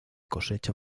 cosecha